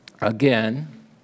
again